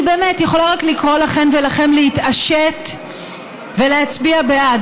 אני יכולה רק לקרוא לכן ולכם להתעשת ולהצביע בעד,